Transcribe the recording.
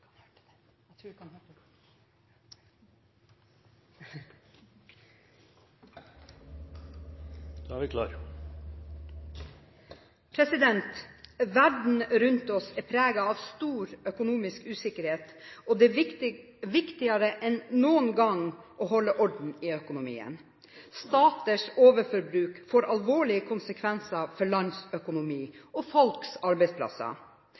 det er viktigere enn noen gang å holde orden i økonomien. Staters overforbruk får alvorlige konsekvenser for lands økonomi og folks arbeidsplasser.